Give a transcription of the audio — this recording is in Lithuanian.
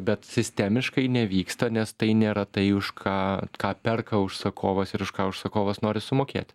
bet sistemiškai nevyksta nes tai nėra tai už ką ką perka užsakovas ir už ką užsakovas nori sumokėt